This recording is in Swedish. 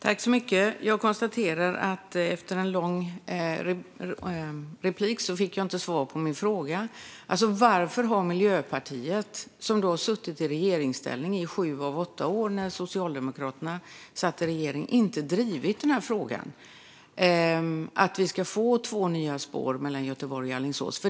Fru talman! Jag konstaterar att jag efter den långa repliken inte fick svar på min fråga, alltså varför Miljöpartiet, som har suttit i regeringsställning under sju av åtta år med Socialdemokraterna, inte har drivit frågan att vi ska få två nya spår mellan Göteborg och Alingsås.